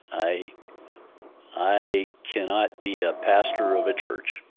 i i cannot be a pastor of a church,